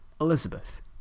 Elizabeth